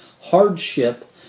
hardship